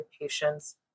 patients